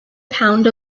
pound